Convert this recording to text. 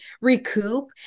recoup